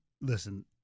listen